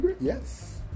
Yes